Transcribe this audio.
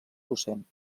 docent